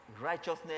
righteousness